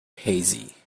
hazy